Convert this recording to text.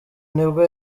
nibwo